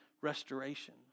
restoration